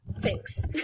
Thanks